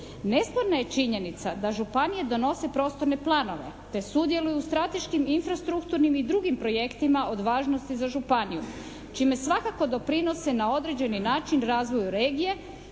Nesporna je činjenica da županije donose prostorne planove, te sudjeluju u strateškim, infrastrukturnim i drugim projektima od važnosti za županiju, čime svakako doprinose na određeni način razvoju regije